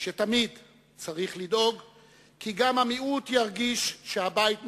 ש"תמיד צריך לדאוג כי גם המיעוט ירגיש שהבית משותף,